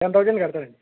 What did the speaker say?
one thousand కడతాను అండి